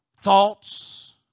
thoughts